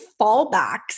fallbacks